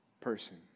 person